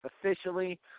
officially